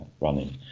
Running